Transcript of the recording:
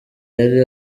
yari